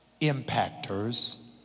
impactors